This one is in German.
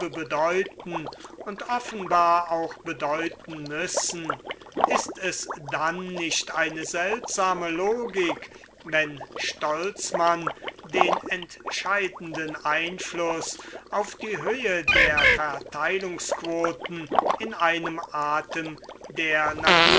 bedeuten und offenbar auch bedeuten müssen ist es dann nicht eine seltsame logik wenn stolzmann den entscheidenden einfluß auf die höhe der verteilungsquoten in einem atem der